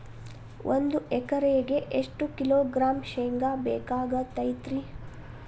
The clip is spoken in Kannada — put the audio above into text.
ಒಂದು ಎಕರೆಗೆ ಎಷ್ಟು ಕಿಲೋಗ್ರಾಂ ಶೇಂಗಾ ಬೇಕಾಗತೈತ್ರಿ?